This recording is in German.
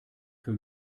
für